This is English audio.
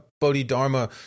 Bodhidharma